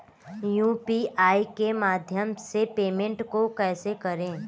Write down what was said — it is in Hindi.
यू.पी.आई के माध्यम से पेमेंट को कैसे करें?